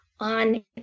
on